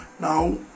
Now